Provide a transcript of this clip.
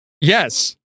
Yes